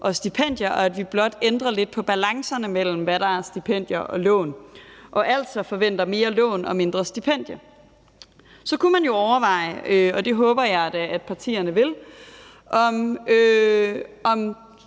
og stipendier, og at vi blot ændrer det på balancerne mellem, hvad der er stipendier og lån, og altså forventer mere lån og mindre stipendier. Så kunne man jo overveje, og det håber jeg da at partierne vil, om